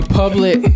public